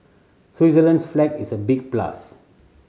Switzerland's flag is a big plus